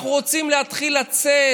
אנחנו רוצים להתחיל לצאת,